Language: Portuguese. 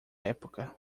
época